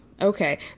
Okay